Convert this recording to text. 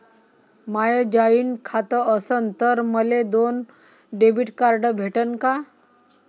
माय joint खातं असन तर मले दोन डेबिट कार्ड भेटन का?